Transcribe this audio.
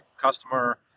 customer